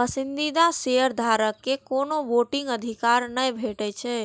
पसंदीदा शेयरधारक कें कोनो वोटिंग अधिकार नै भेटै छै,